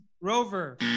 Rover